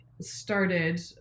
started